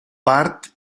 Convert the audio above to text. part